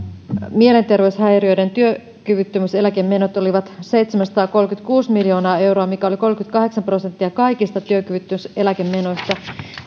mielenterveyshäiriöiden työkyvyttömyyseläkemenot olivat seitsemänsataakolmekymmentäkuusi miljoonaa euroa mikä oli kolmekymmentäkahdeksan prosenttia kaikista työkyvyttömyyseläkemenoista